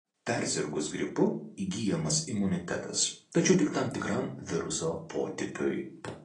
persirgus gripu įgyjamas imunitetas tačiau tik tam tikram viruso potipiui